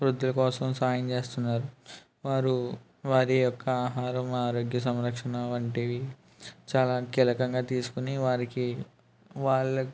వృద్ధుల కోసం సాయం చేస్తున్నారు వారు వారి యొక్క ఆహారం ఆరోగ్య సంరక్షణ వంటివి చాలా కీలకంగా తీసుకుని వారికి వాళ్ళ